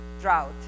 drought